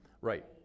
Right